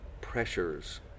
pressures